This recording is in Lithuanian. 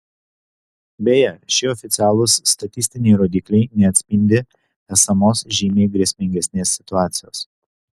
beje šie oficialūs statistiniai rodikliai neatspindi esamos žymiai grėsmingesnės situacijos